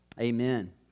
Amen